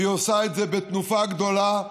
והיא עושה את זה בתנופה גדולה,